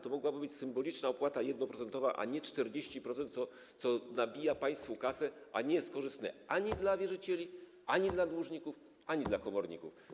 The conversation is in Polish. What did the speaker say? To mogłaby być symboliczna opłata 1-procentowa, a nie 40%, co nabija państwu kasę, a nie jest korzystne ani dla wierzycieli, ani dla dłużników, ani dla komorników.